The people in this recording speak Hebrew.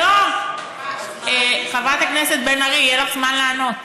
לא, חברת הכנסת בן ארי, יהיה לך זמן לענות.